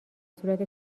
صورت